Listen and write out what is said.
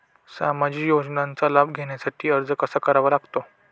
सामाजिक योजनांचा लाभ घेण्यासाठी अर्ज कसा करावा लागतो?